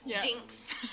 Dinks